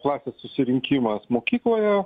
klasės susirinkimas mokykloje